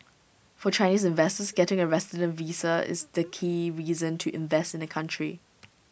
for Chinese investors getting A resident visa is the key reason to invest in the country